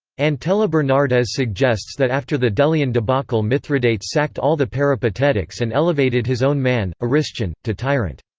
antela-bernardez suggests that after the delian debacle mithridates sacked all the peripatetics and elevated his own man, aristion, to tyrant.